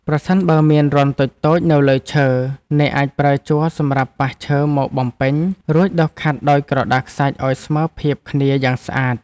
ប្រសិនបើមានរន្ធតូចៗនៅលើឈើ អ្នកអាចប្រើជ័រសម្រាប់ប៉ះឈើមកបំពេញ រួចដុសខាត់ដោយក្រដាសខ្សាច់ឱ្យស្មើភាពគ្នាយ៉ាងស្អាត។